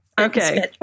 Okay